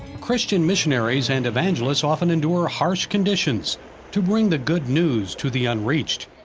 christian missionaries and evangelists often endure harsh conditions to bring the good news to the unreached.